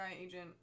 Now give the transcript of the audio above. agent